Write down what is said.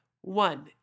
one